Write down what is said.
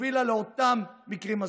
שהובילה לאותם מקרים מזוויעים.